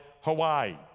Hawaii